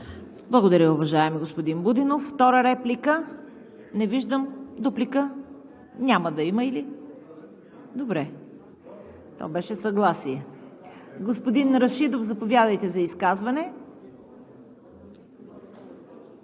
Благодаря, уважаеми господин Будинов. Втора реплика? Не виждам. Дуплика? Няма да има. Господин Рашидов, заповядайте за изказване.